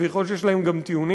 ויכול להיות שיש להם גם טיעונים,